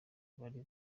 bari